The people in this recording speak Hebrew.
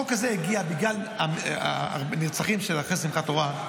החוק הזה הגיע בגלל הנרצחים של אחרי שמחת תורה,